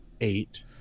eight